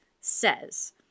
says